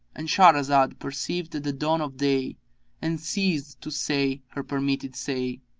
and shahrazad perceived the dawn of day and ceased to say her permitted say.